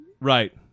Right